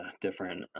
different